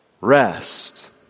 rest